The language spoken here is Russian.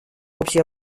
общее